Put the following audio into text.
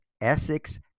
Essex